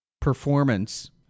performance